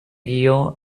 guió